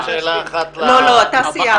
רק שאלה אחת --- לא, אתה סיימת.